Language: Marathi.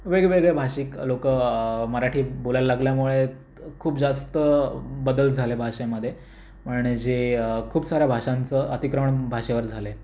वेगवेगळ्या भाषिक लोक मराठीत बोलायला लागल्यामुळे खूप जास्त बदल झाले भाषेमध्ये म्हणजे खूप साऱ्या भाषांचं अतिक्रमण भाषेवर झालं आहे